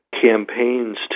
campaigns